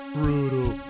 Brutal